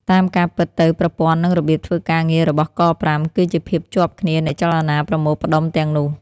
តាម ការពិតទៅប្រព័ន្ឋ និងរបៀបធ្វើការងាររបស់”ក៥”គឺជាភាពជាប់គ្នានៃចលនាប្រមូលផ្តុំទាំងនោះ។